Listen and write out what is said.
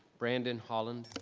brandon holland.